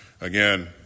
Again